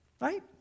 Right